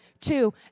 Two